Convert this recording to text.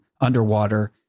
underwater